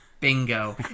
Bingo